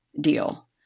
deal